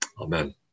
Amen